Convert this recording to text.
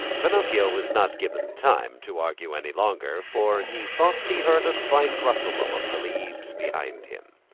pinocchio was not given time to argue any longer, for he thought he heard a slight rustle among the leaves behind him.